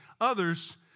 others